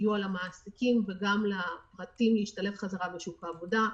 סיוע למעסיקים וגם לפרטים להשתלב חזרה בשוק העבודה.